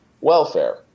welfare